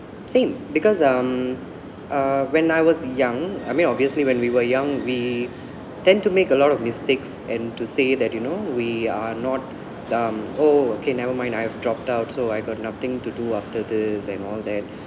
same because um uh when I was young I mean obviously when we were young we tend to make a lot of mistakes and to say that you know we are not dumb oh okay never mind I have dropped out so I got nothing to do after this and all that